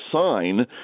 sign